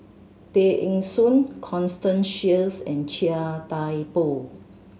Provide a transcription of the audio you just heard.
Tay Eng Soon Constance Sheares and Chia Thye Poh